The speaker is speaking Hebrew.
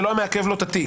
זה לא היה מעכב לו את התיק.